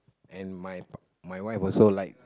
and my pa~ my wife also like